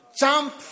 jump